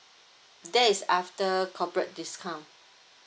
that is after corporate discount